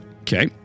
okay